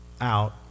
out